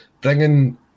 bringing